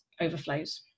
overflows